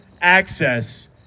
access